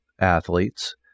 athletes